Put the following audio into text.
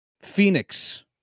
Phoenix